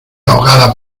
ahogada